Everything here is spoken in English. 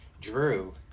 Drew